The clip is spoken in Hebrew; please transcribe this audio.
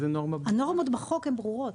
הנורמות בחוק הן ברורות,